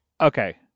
Okay